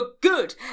good